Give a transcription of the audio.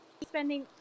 spending